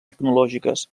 tecnològiques